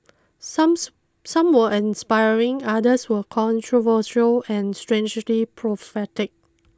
somes some were inspiring others were controversial and strangely prophetic